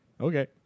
okay